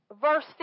verse